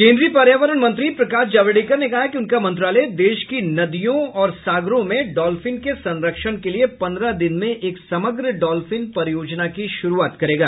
केन्द्रीय पर्यावरण मंत्री प्रकाश जावड़ेकर ने कहा है कि उनका मंत्रालय देश की नदियों और सागरों में डॉल्फिन के संरक्षण के लिए पंद्रह दिन में एक समग्र डॉल्फिन परियोजना की शुरूआत करेगा